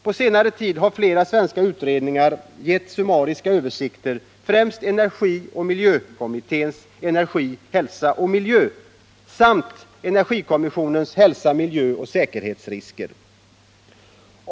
På senare tid har flera svenska utredningar givit summariska översikter, främst energioch miljökommitténs Energi, hälsa, miljö samt energikommissionens Hälso-, miljöoch säkerhetsrisker.